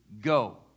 go